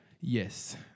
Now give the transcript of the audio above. Yes